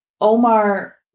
Omar